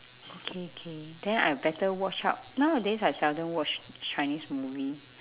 okay okay then I better watch out nowadays I seldom watch chinese movie